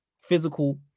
physical